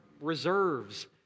reserves